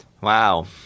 Wow